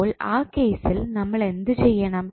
അപ്പോൾ ആ കേസിൽ നമ്മൾ എന്ത് ചെയ്യണം